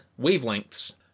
wavelengths